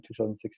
2016